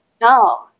No